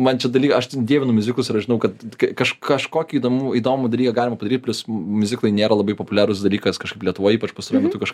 man čia daly aš tai dievinu miuziklus ir aš žinau kad k kaž kažkokį įdomumą įdomų dalyką galima padaryt plius miuziklai nėra labai populiarus dalykas kažkaip lietuvoj ypač pastaruoju metu kažkaip